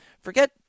forget